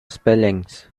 spellings